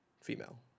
female